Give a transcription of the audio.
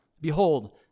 Behold